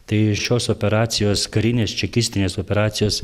tai šios operacijos karinės čekistinės operacijos